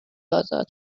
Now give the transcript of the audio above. ازاد